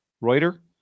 Reuter